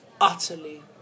utterly